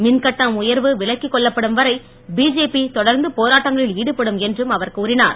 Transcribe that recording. மின்கட்டண உயர்வு விலக்கிக் கொள்ளப்படும் வரை பிஜேபி தொடர்ந்து போராட்டங்களில் ஈடுபடும் என்றும் அவர் கூறினார்